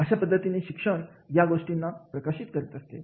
अशा पद्धतीने शिक्षण या गोष्टींना प्रकाशित करते